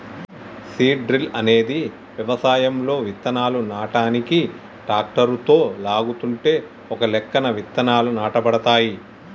seed drill అనేది వ్యవసాయంలో విత్తనాలు నాటనీకి ట్రాక్టరుతో లాగుతుంటే ఒకలెక్కన విత్తనాలు నాటబడతాయి